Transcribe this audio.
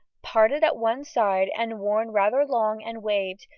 parted at one side and worn rather long and waved,